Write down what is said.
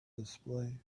display